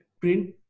print